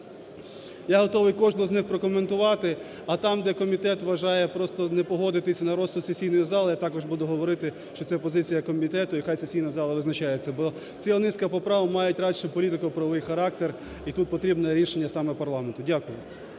Я готовий кожну з низ прокоментувати. А там, де комітет вважає просто не погодитися, на розсуд сесійної зали, я також буду говорити, що це – позиція комітету, і хай сесійна зала визначається, бо ціла низка поправок мають радше політико-правовий характер, і тут потрібно рішення саме парламенту.